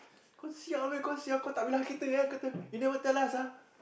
kau si~ kau sial eh tak bilang kita you never tell us ah